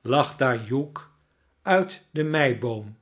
lag daar hugh uit de meiboom